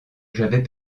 j’avais